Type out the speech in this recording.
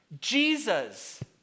Jesus